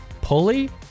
pulley